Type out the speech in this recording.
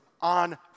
on